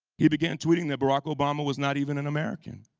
he began tweeting that barack obama was not even an american,